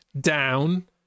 down